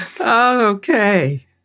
okay